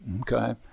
Okay